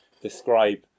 describe